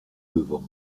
devant